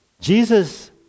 Jesus